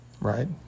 right